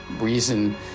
reason